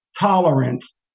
tolerance